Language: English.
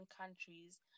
countries